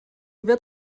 wird